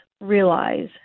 realize